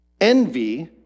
Envy